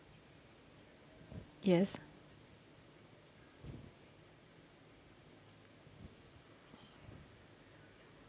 yes